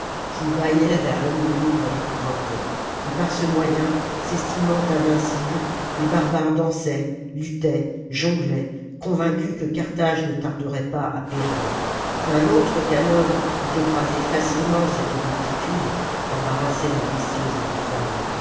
qui bâillaient vers l'ennemi pour fépouvanter et par ce moyen s'estimant invincibles les barbares dansaient luttaient jonglaient convaincus que carthage ne tarderait pas à périr un autre qu'hannon eût écrasé facilement cette multitude qu'embarrassaient des bestiaux et des femmes